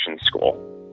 school